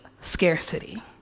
scarcity